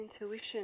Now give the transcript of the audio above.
intuition